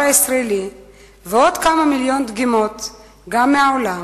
הישראלי ועוד כמה מיליוני דגימות דם מהעולם,